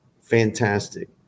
fantastic